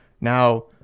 now